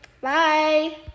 Bye